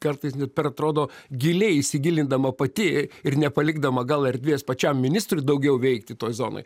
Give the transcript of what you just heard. kartais net per atrodo giliai įsigilindama pati ir nepalikdama gal erdvės pačiam ministrui daugiau veikti toj zonoj